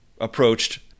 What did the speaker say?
approached